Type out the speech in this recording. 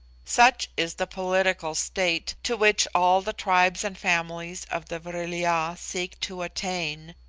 such is the political state to which all the tribes and families of the vril-ya seek to attain,